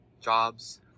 jobs